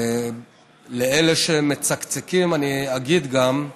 לאלה שמצקצקים אני אגיד גם: